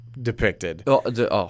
depicted